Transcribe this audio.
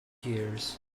years